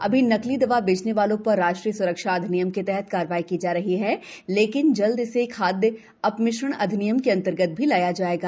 अभी नकली दवा बेचने वालों पर राष्ट्रीय सुरक्षा अधिनियम के तहत कार्रवाई की जा रही है लेकिन जल्द इसे खादय अपमिश्रण अधिनियम के अंतर्गत भी लाया जाएगा